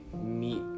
meet